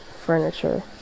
furniture